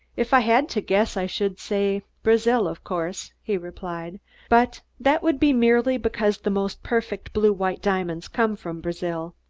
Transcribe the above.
if i had to guess i should say brazil, of course, he replied but that would be merely because the most perfect blue-white diamonds come from brazil.